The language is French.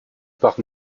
parc